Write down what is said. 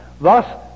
thus